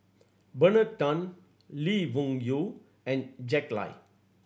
Bernard Tan Lee Wung Yew and Jack Lai